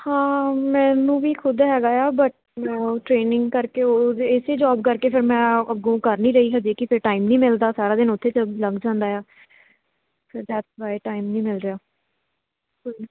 ਹਾਂ ਮੈਨੂੰ ਵੀ ਖੁਦ ਹੈਗਾ ਏ ਆ ਬਟ ਮੈਂ ਉਹ ਟ੍ਰੇਨਿੰਗ ਕਰਕੇ ਉਹਦੇ ਇਸੇ ਜੋਬ ਕਰਕੇ ਫਿਰ ਮੈਂ ਅੱਗੋਂ ਕਰ ਨਹੀਂ ਰਹੀ ਹਜੇ ਕਿ ਫਿਰ ਟਾਈਮ ਨਹੀਂ ਮਿਲਦਾ ਸਾਰਾ ਦਿਨ ਉੱਥੇ ਚ ਲੱਗ ਜਾਂਦਾ ਏ ਆ ਟਾਈਮ ਨਹੀਂ ਮਿਲ ਰਿਹਾ